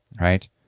right